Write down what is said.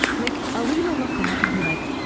like are we going to look back and be like,